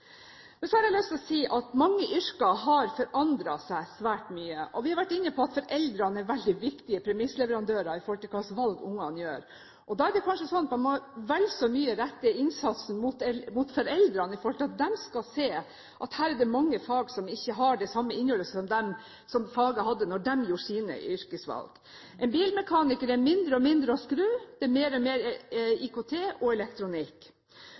Så har jeg lyst til å si at mange yrker har forandret seg svært mye, og vi har vært inne på at foreldrene er veldig viktige premissleverandører for hva slags valg ungene gjør. Da er det kanskje sånn at man vel så mye må rette innsatsen mot foreldrene for at de skal se at her er det mange fag som ikke har det samme innholdet som faget hadde da de gjorde sine yrkesvalg. Å være bilmekaniker er mindre og mindre å skru – det er mer og mer IKT og elektronikk.